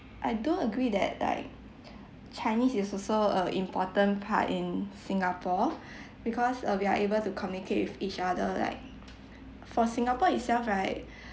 I don't agree that like chinese is also a important part in singapore because uh we are able to communicate with each other like for singapore itself right